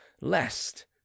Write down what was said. lest